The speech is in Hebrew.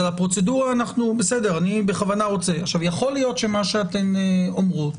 יכול להיות שמה שאתם אומרות